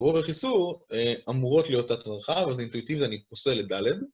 ועובר חיסור, אמורות להיות תת המרחב, אז אינטואיטיבית אני פוסל את ד'